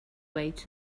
wait